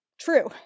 true